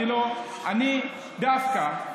ואני דווקא,